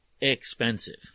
expensive